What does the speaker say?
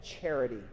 charity